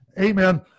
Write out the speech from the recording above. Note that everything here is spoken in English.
Amen